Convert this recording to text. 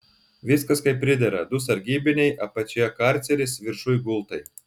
viskas kaip pridera du sargybiniai apačioje karceris viršuj gultai